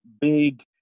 big